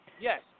Yes